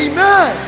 Amen